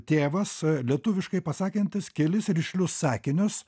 tėvas lietuviškai pasakantis kelis rišlius sakinius